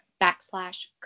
backslash